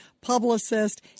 publicist